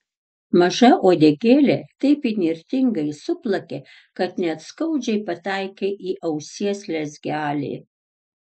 maža uodegėlė taip įnirtingai suplakė kad net skaudžiai pataikė į ausies lezgelį